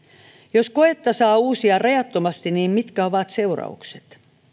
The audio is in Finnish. jos koetta saa uusia rajattomasti niin mitkä ovat seuraukset